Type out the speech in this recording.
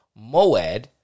moed